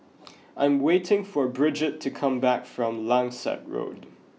I am waiting for Bridgett to come back from Langsat Road